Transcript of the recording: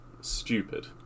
stupid